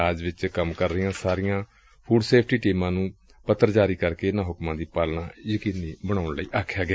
ਰਾਜ ਵਿੱਚ ਕੰਮ ਕਰ ਰਹੀਆਂ ਸਾਰੀਆਂ ਫੂਡ ਸੇਫਟੀ ਟੀਮਾਂ ਨੂੰ ਪੱਤਰ ਜਾਰੀ ਕਰ ਕੇ ਇਨੂਾਂ ਹੁਕਮਾਂ ਦੀ ਪਾਲਣਾ ਯਕੀਨੀ ਬਣਾਉਣ ਲਈ ਰਿਹਾ ਗਿਆ